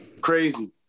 crazy